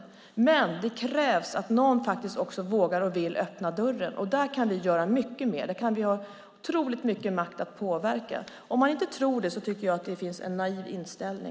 Det krävs dock att någon vågar och vill öppna dörren, och där kan vi göra mycket mer. Vi har mycket makt att påverka. Tror man inte det har man en naiv inställning.